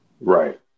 Right